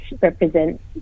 represents